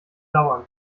dauern